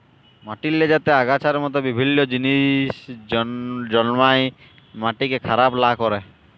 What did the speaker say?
মাটিল্লে যাতে আগাছার মত বিভিল্ল্য জিলিস জল্মায় মাটিকে খারাপ লা ক্যরে